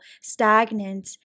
stagnant